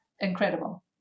Incredible